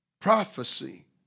prophecy